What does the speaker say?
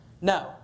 No